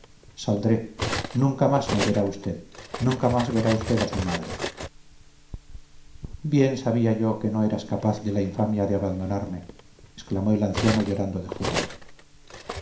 saldré nunca más me verá usted nunca más verá usted a su madre bien sabía yo que no eras capaz de la infamia de abandonarme exclamó el anciano llorando de júbilo